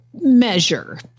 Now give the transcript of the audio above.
measure